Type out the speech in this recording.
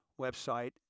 website